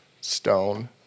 stone